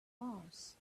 farce